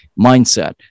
mindset